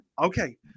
Okay